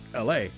LA